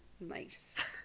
Nice